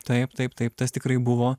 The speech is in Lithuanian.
taip taip taip tas tikrai buvo